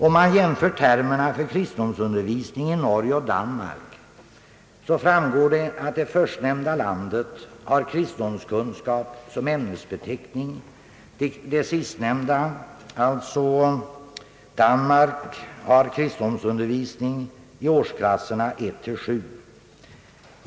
Om man jämför termerna för kristendomsundervisningen i Norge och Danmark, framgår det att det förstnämnda landet har kristendomskunskap som ämnesbeteckning, det sistnämnda kristendomsundervisning i årsklasserna 1—7.